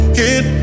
hit